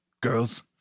Girls